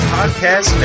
Podcast